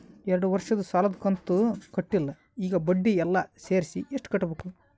ಎರಡು ವರ್ಷದ ಸಾಲದ ಕಂತು ಕಟ್ಟಿಲ ಈಗ ಬಡ್ಡಿ ಎಲ್ಲಾ ಸೇರಿಸಿ ಎಷ್ಟ ಕಟ್ಟಬೇಕು?